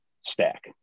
stack